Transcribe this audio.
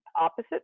opposite